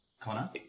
Connor